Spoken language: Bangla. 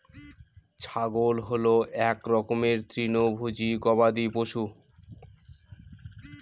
ছাগল হল এক রকমের তৃণভোজী গবাদি পশু